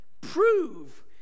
prove